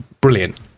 brilliant